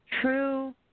True